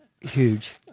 Huge